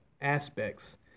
aspects